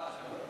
סעיפים 1